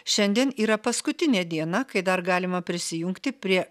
šiandien yra paskutinė diena kai dar galima prisijungti prie